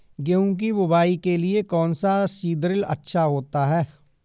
गेहूँ की बुवाई के लिए कौन सा सीद्रिल अच्छा होता है?